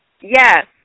Yes